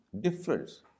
difference